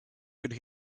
could